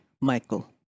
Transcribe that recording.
Michael